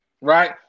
right